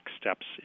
steps